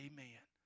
Amen